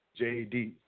JD